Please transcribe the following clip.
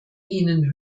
ihnen